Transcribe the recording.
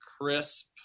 crisp